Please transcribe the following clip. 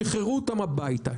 שחררו אותם הביתה.